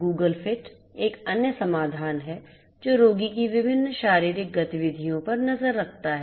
Google Fit एक अन्य समाधान है जो रोगी की विभिन्न शारीरिक गतिविधियों पर नज़र रखता है